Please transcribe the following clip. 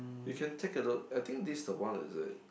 you can take a look I think this's the one is it